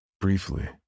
briefly